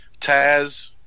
Taz